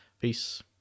Peace